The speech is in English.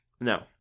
No